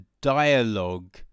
dialogue